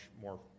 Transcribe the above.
more